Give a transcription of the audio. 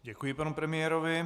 Děkuji panu premiérovi.